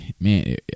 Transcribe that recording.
Man